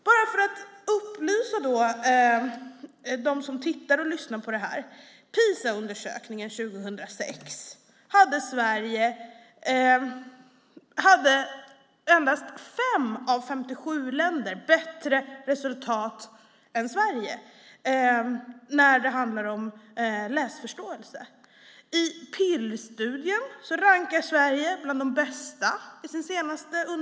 Bara för att upplysa dem som tittar och lyssnar på det här vill jag säga att i PISA-undersökningen 2006 hade endast 5 av 57 länder bättre resultat än Sverige när det handlade om läsförståelse. I Pirls senaste undersökning rankas Sverige bland de bästa.